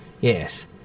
Yes